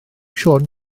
siôn